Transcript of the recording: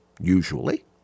usually